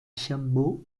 chamou